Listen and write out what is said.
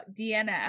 DNF